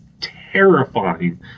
terrifying